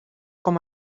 com